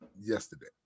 yesterday